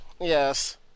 Yes